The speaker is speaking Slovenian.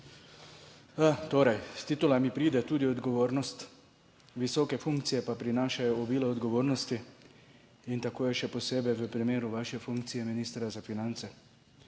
Torej s titulami pride tudi odgovornost, visoke funkcije pa prinašajo obilo odgovornosti in tako je še posebej v primeru vaše funkcije ministra za finance.